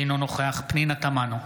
אינו נוכח פנינה תמנו,